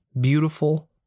beautiful